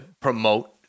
promote